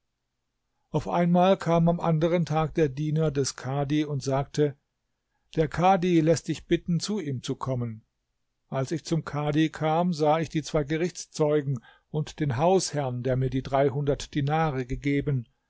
auf einmal kam am anderen tag der diener des kadhi und sagte der kadhi läßt dich bitten zu ihm zu kommen als ich zum kadhi kam sah ich die zwei gerichtszeugen und den hausherrn der mir die dreihundert dinare gegeben